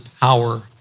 power